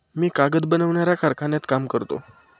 मी कागद बनवणाऱ्या कारखान्यात काम करतो